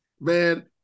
Man